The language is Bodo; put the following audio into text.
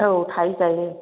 औ थाहै जायो